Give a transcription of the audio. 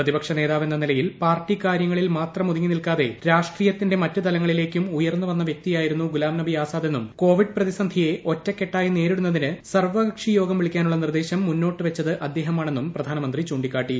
പ്രതിപക്ഷ നേതാവ് എന്ന നിലയിൽ പാർട്ടികാരൃങ്ങളിൽ മാത്രം ഒതുങ്ങിനിൽക്കാതെ രാഷ്ട്രീയത്തിന്റെ മറ്റ് തലങ്ങളിലേക്കും ഉയർന്നുവന്ന വൃക്തിയായിരുന്നു ഗുലാംനബി ആസാദെന്നും കോവിഡ് പ്രതിസന്ധിയെ ഒറ്റക്കെട്ടായി നേരിടുന്നതിന് സർവകക്ഷി യോഗം വിളിക്കാനുള്ള നിർദ്ദേശം മുന്നോട്ടുവച്ചത് അദ്ദേഹമാണെന്നും പ്രധാനമന്ത്രി ചൂണ്ടിക്കാട്ടി